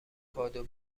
کادو